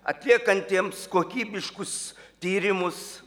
atliekantiems kokybiškus tyrimus